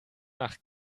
nach